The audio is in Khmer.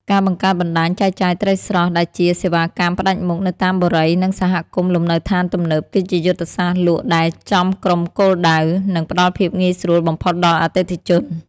ការបង្កើតបណ្តាញចែកចាយត្រីស្រស់ដែលជាសេវាកម្មផ្ដាច់មុខនៅតាមបុរី និងសហគមន៍លំនៅដ្ឋានទំនើប គឺជាយុទ្ធសាស្ត្រលក់ដែលចំក្រុមគោលដៅ និងផ្ដល់ភាពងាយស្រួលបំផុតដល់អតិថិជន។